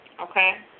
okay